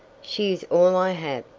she is all i have,